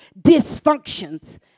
dysfunctions